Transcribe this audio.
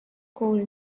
coal